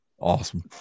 Awesome